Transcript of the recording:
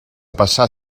passar